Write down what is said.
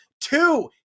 two